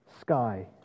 Sky